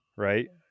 Right